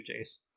jace